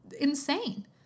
insane